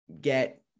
get